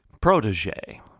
protege